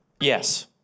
Yes